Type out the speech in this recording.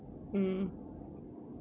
mmhmm